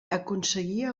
aconseguia